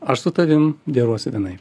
aš su tavim deruosi vienaip